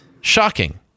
Shocking